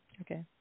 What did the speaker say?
Okay